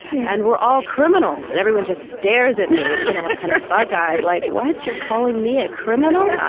and we're all criminals. and everyone just stares at me kind of bug eyed, like, what? you're calling me a criminal? yeah